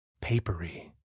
papery